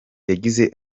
yagize